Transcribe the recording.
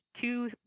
two